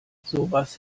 sowas